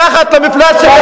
מתחת למפלס,